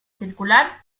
circular